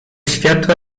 światła